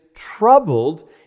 troubled